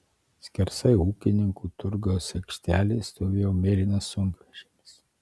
skersai ūkininkų turgaus aikštelės stovėjo mėlynas sunkvežimis